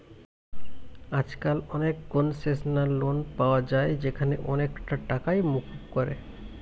আজকাল অনেক concessional loan পায়া যায় যেখানে অনেকটা টাকাই মুকুব করে